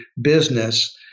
business